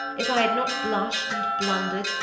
if i had not blushed, and blundered,